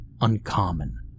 uncommon